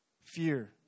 fear